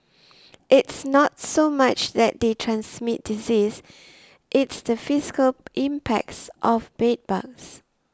it's not so much that they transmit disease it's the fiscal impacts of bed bugs